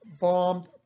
bombed